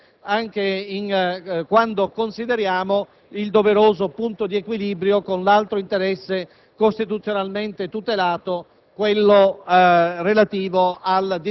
dovremmo sempre rivolgerci, anche quando consideriamo il doveroso punto di equilibrio con l'altro interesse costituzionalmente tutelato,